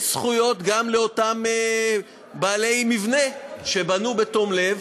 יש זכויות גם לאותם בעלי מבנה שבנו בתום לב,